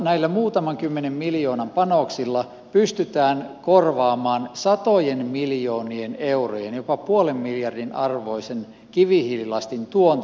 näillä muutaman kymmenen miljoonan panoksilla pystytään korvaamaan satojen miljoonien eurojen jopa puolen miljardin arvoisen kivihiililastin tuonti